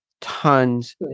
tons